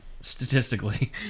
Statistically